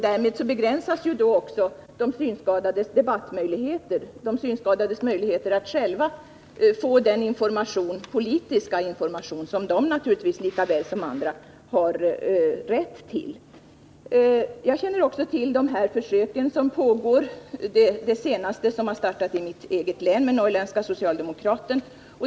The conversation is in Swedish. Därmed begränsas också de synskadades debattmöjligheter, deras möjligheter att själva få den politiska information som de naturligtvis lika väl som andra har rätt till. Jag känner också till de försök som pågår. Det senaste, som avser Norrländska Socialdemokraten, har startat i mitt eget län.